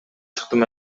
чыктым